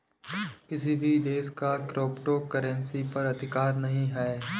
किसी भी देश का क्रिप्टो करेंसी पर अधिकार नहीं है